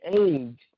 age